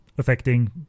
affecting